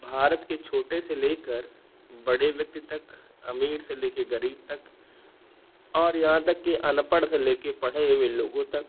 भारत के छोटे से लेकर बड़े व्यक्ति तक अमीर से लेकर गरीब तक और यहाँ तक कि अनपढ़ से लेकर पढ़े हुए लोगों तक